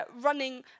running